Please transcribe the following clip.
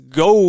go